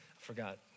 forgot